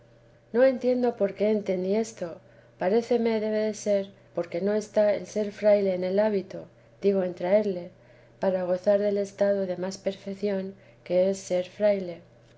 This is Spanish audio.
no entiendo por qué entendí esto paréceme debe ser porque no está el ser fraile en el hábito digo en traerle para gozar del estado de más perfección que es ser fraile